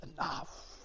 enough